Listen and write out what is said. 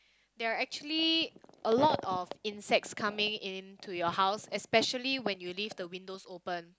there are actually a lot of insects coming in to your house especially when you leave the windows open